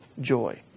joy